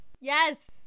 yes